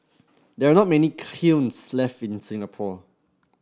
there are not many kilns left in Singapore